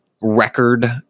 record